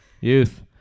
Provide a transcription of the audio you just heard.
Youth